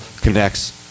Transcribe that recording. connects